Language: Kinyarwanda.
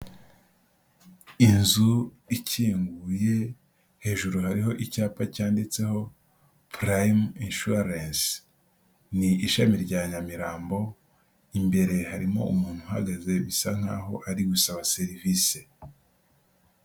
Inzu ikinguye, hejuru hariho icyapa cyanditseho Purayime Inshuwarensi. Ni ishami rya Nyamirambo, imbere harimo umuntu uhagaze, bisa nk'aho ari gusaba serivise.